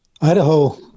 Idaho